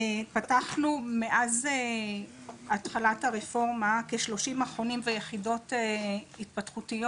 פתחנו מאז התחלת הרפורמה כשלושים מכונים ויחידות התפתחותיות